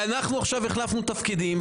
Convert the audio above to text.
ואנחנו עכשיו החלפנו תפקידים,